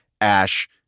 Ash